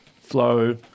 flow